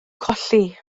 colli